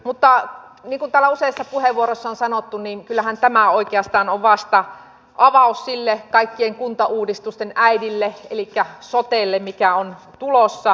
mutta niin kuin täällä useissa puheenvuoroissa on sanottu kyllähän tämä oikeastaan on vasta avaus sille kaikkien kuntauudistusten äidille elikkä sotelle mikä on tulossa